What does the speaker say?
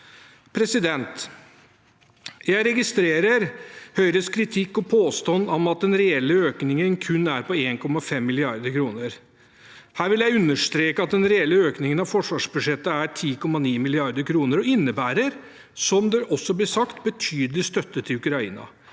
eksplodert. Jeg registrerer Høyres kritikk og påstand om at den reelle økningen kun er på 1,5 mrd. kr. Her vil jeg understreke at den reelle økningen av forsvarsbudsjettet er på 10,9 mrd. kr, og innebærer, som det også blir sagt, betydelig støtte til Ukraina